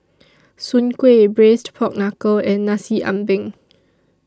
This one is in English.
Soon Kway Braised Pork Knuckle and Nasi Ambeng